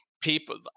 people